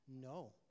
No